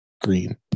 Green